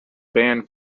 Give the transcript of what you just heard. banned